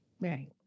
right